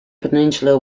peninsular